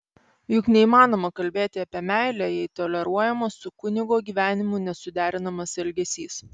juk neįmanoma kalbėti apie meilę jei toleruojamas su kunigo gyvenimu nesuderinamas elgesys